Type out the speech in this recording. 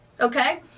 okay